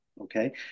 Okay